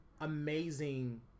amazing